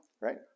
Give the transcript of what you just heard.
right